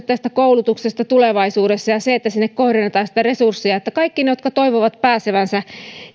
tästä koulutuksesta tulevaisuudessa ja siitä että kun sinne kohdennetaan niitä resursseja niin kaikki ne jotka toivovat pääsevänsä